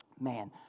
Man